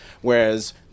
whereas